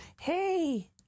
hey